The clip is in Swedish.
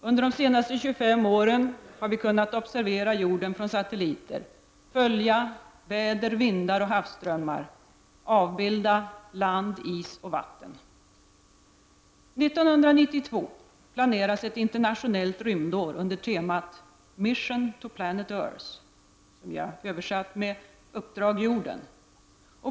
Under de senaste 25 åren har vi kunnat observera jorden från satelliter, följa väder, vindar och havsströmmar, avbilda land, is och vatten. 1992 planeras ett internationellt rymdår under temat ”Mission to Planet Earth” som vi översatt till ”Uppdrag Jorden”.